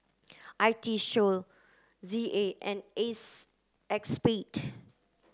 I T Show Z A and ACEXSPADE